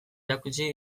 erakutsi